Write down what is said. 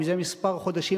מזה כמה חודשים,